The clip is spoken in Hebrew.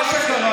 הבנתי אותך.